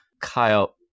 Kyle